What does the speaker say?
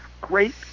great